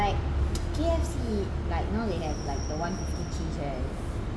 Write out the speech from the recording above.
like K_F_C like now they have the one with cheese right